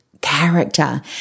character